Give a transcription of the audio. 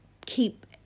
keep